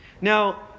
Now